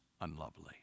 unlovely